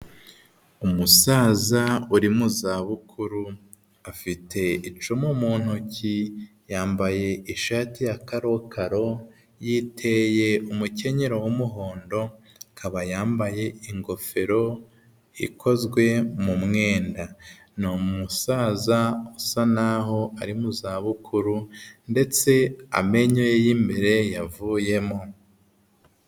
Umusaza uri mu zabukuru, afite icumu mu ntoki, yambaye ishati ya karokaro, yiteye umukenyero w'umuhondo, akaba yambaye ingofero ikozwe mu mwenda. Ni umusaza usa n'aho ari mu zabukuru, ndetse amenyo ye y'imbere yavuyemo.